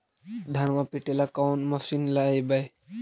धनमा पिटेला कौन मशीन लैबै?